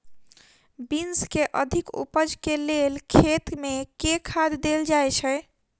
Beans केँ अधिक उपज केँ लेल खेत मे केँ खाद देल जाए छैय?